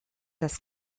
das